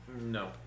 No